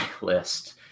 list